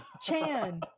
Chan